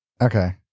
Okay